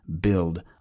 build